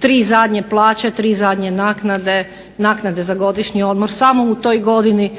tri zadnje plaće, tri zadnje naknade, naknade za godišnji odmor, samo u toj godini